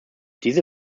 diese